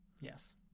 yes